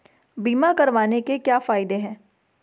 बीमा करवाने के क्या फायदे हैं?